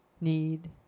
need